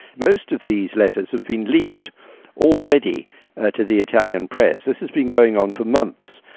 most of these letters have been leaked already to the italian press. this has been going on for months.